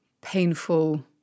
painful